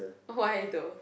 why though